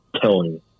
telling